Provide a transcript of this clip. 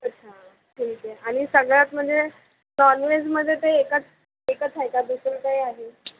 अच्छा ठीक आहे आणि सगळ्यात म्हणजे नॉनवेजमध्ये ते एकच एकच आहे का दुसरं काही आहे